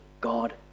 God